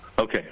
Okay